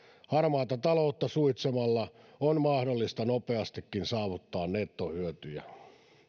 harmaata taloutta suitsimalla on mahdollista nopeastikin saavuttaa nettohyötyjä